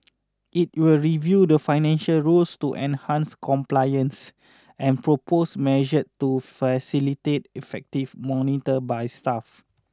it will review the financial rules to enhance compliance and propose measure to facilitate effective monitor by staff